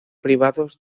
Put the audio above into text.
privados